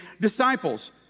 disciples